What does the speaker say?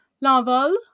L'Envol